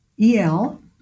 E-L